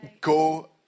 Go